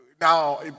now